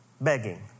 begging